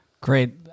Great